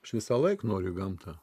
aš visąlaik noriu į gamtą